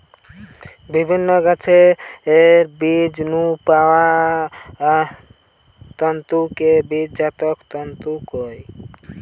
বিভিন্ন গাছের বীজ নু পাওয়া তন্তুকে বীজজাত তন্তু কয়